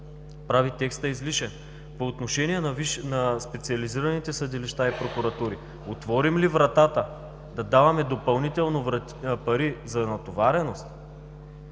прави текста излишен. По отношение на специализираните съдилища и прокуратури – отворим ли вратата да даваме допълнително пари за натовареност,